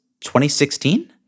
2016